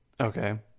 Okay